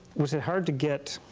was it hard to get,